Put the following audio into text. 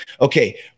okay